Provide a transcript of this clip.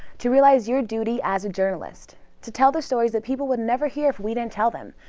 to realize your duty as a journalist, to tell the stories that people would never hear if we didn't tell them,